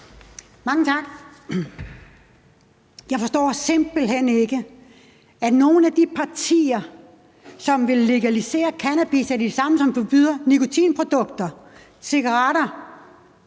Mange tak. Jeg forstår simpelt hen ikke, at nogle af de partier, som vil legalisere cannabis, er de samme, som forbyder nikotinprodukter, cigaretter.